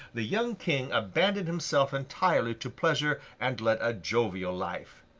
the young king abandoned himself entirely to pleasure, and led a jovial life.